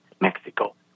Mexico